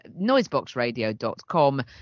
noiseboxradio.com